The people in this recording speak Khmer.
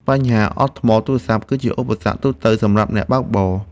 បញ្ហាអស់ថ្មទូរសព្ទគឺជាឧបសគ្គទូទៅសម្រាប់អ្នកបើកបរ។